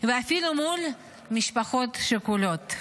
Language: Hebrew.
ואפילו מול משפחות שכולות,